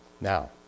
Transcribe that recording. Now